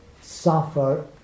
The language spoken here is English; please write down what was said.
suffer